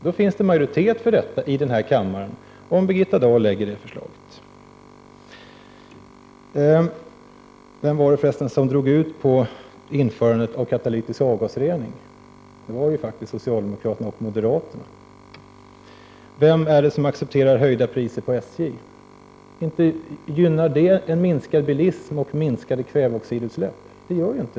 Då finns det majoritet för detta här i kammaren, om Birgitta Dahl lägger fram det förslaget. Vem var det för resten som drog ut på införandet av katalytisk avgasrening? Det var ju faktiskt socialdemokraterna och moderaterna. Vem är det som accepterar höjda priser på SJ? Inte gynnar det minskning av bilismen och minskning av kväveoxidutsläppen!